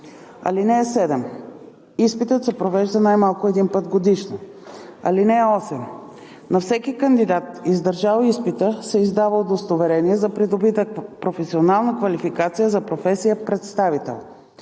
страна. (7) Изпитът се провежда най-малко веднъж годишно. (8) На всеки кандидат, издържал изпита, се издава удостоверение за придобита професионална квалификация за професията представител.